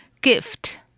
Gift